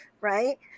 right